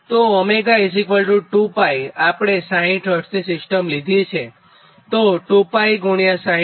તો 𝜔2𝜋 આપણે 60 Hz ની સિસ્ટમ લીધેલ છે તો 2𝜋∗60∗𝐶 10200148